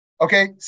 Okay